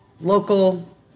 local